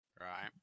right